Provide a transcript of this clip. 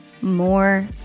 more